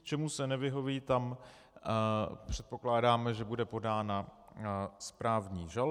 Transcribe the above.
Čemu se nevyhoví, tak předpokládáme, že bude podána správní žaloba.